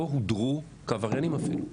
לא הודרו כעבריינים אפילו,